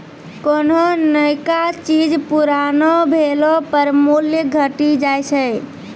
कोन्हो नयका चीज पुरानो भेला पर मूल्य घटी जाय छै